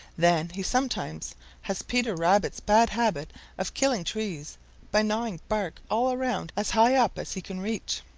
then he sometimes has peter rabbit's bad habit of killing trees by gnawing bark all around as high up as he can reach.